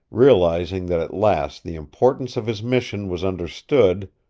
realizing that at last the importance of his mission was understood,